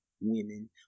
women